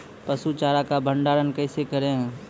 पसु चारा का भंडारण कैसे करें?